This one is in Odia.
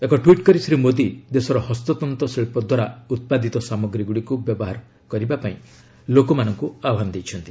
ଏକ ଟ୍ୱିଟ୍ କରି ଶ୍ରୀ ମୋଦୀ ଦେଶର ହସ୍ତତନ୍ତ ଶିଳ୍ପ ଦ୍ୱାରା ଉତ୍ପାଦିତ ସାମଗ୍ରୀଗୁଡ଼ିକୁ ବ୍ୟବହାର କରିବାକୁ ଲୋକମାନଙ୍କୁ ଆହ୍ଚାନ ଦେଇଛନ୍ତି